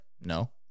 No